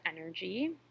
energy